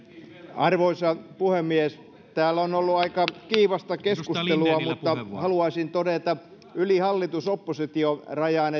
arvoisa puhemies täällä on ollut aika kiivasta keskustelua mutta haluaisin todeta yli hallitus oppositio rajan